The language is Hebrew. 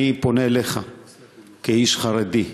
אני פונה אליך כאיש חרדי: